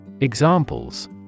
Examples